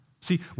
See